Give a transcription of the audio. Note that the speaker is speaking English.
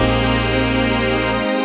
and